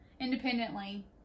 independently